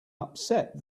upset